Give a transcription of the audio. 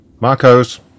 marcos